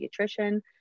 pediatrician